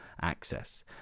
access